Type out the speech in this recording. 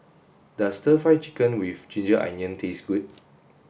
does stir fried chicken with ginger onion taste good